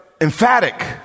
emphatic